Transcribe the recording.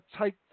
take